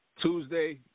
Tuesday